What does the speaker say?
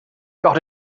got